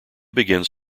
begins